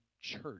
church